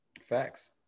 Facts